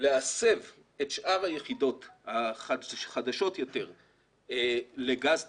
להסב את שאר היחידות החדשות יותר לגז טבעי,